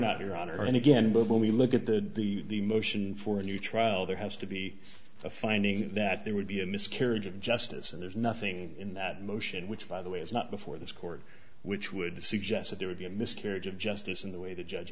not your honor and again when we look at the the motion for a new trial there has to be a finding that there would be a miscarriage of justice and there's nothing in that motion which by the way is not before this court which would suggest that there would be a miscarriage of justice in the way the judge